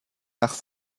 nach